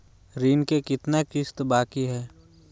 ऋण के कितना किस्त बाकी है?